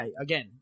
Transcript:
again